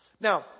Now